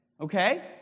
Okay